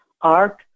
art